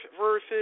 versus